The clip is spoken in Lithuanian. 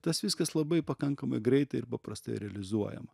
tas viskas labai pakankamai greitai ir paprastai realizuojama